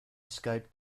escape